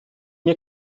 mir